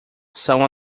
são